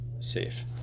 safe